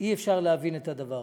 אי-אפשר להבין את זה.